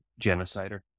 genocider